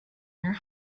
your